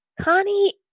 Connie